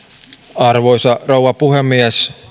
arvoisa rouva puhemies